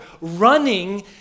running